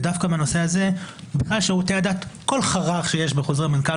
ודווקא בנושא הזה ובכלל שירותי הדת כל חרך שיש בחוזרי מנכ"ל